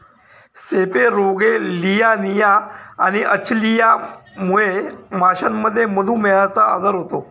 सेपेरोगेलियानिया आणि अचलियामुळे माशांमध्ये मधुमेहचा आजार होतो